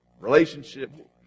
relationship